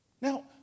Now